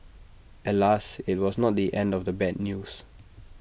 alas IT was not the end of the bad news